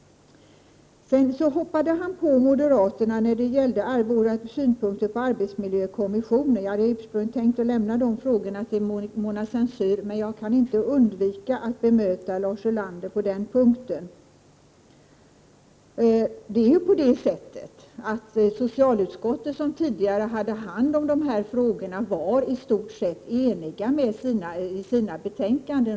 Sedan angrep Lars Ulander moderaternas synpunkter på arbetsmiljökommissionen. Jag hade ursprungligen tänkt lämna de frågorna till Mona Saint Cyr, men jag kan nu inte låta bli att bemöta Lars Ulander på den punkten. Ledamöterna i socialutskottet, som tidigare handlade de här frågorna, var i stort sett eniga i sina betänkanden.